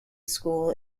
school